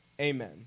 Amen